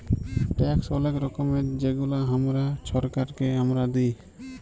tax অলেক রকমের যেগলা আমরা ছরকারকে আমরা দিঁই